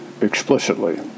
explicitly